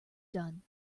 done